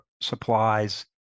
supplies